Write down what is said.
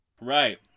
Right